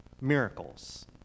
miracles